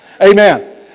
Amen